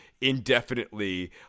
indefinitely